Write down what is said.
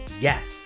Yes